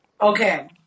Okay